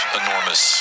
enormous